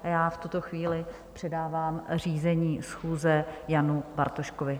Já v tuto chvíli předávám řízení schůze Janu Bartoškovi.